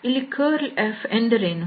ಇಲ್ಲಿ curl F ಅಂದರೇನು